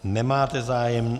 Nemáte zájem.